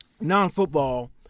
non-football